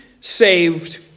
saved